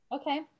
okay